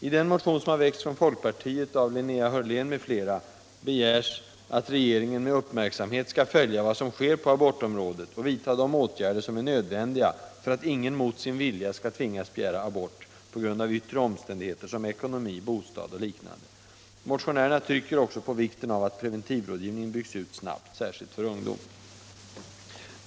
I den motion som har väckts från folkpartiet, av Linnea Hörlén m.fl., begärs att regeringen med uppmärksamhet skall följa vad som sker på abortområdet och vidta de åtgärder som är nödvändiga, för att ingen mot sin vilja skall tvingas begära abort på grund av yttre omständigheter som ekonomi, bostad och liknande. Motionärerna trycker också på vikten av att preventivrådgivningen byggs ut snabbt, särskilt för ungdom.